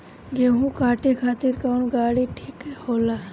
गेहूं काटे खातिर कौन गाड़ी ठीक होला?